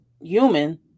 human